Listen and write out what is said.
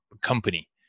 company